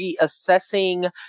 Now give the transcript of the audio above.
reassessing